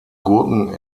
gurken